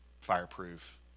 fireproof